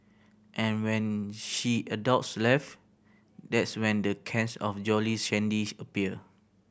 and when she adults left that's when the cans of Jolly Shandy appear